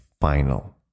final